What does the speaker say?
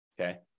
Okay